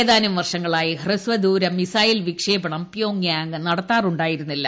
ഏതാനും വർഷങ്ങളായി ഹ്രസ്വ ദൂര മിസൈൽ വിക്ഷേപണം പ്യോങ് ങ്യാംഗ് നടത്താറുണ്ടായി രുന്നില്ല